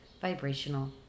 vibrational